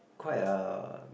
quite a